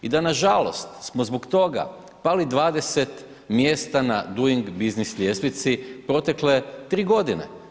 I da nažalost smo zbog toga pali 20 mjesta na doing business ljestvici protekle tri godine.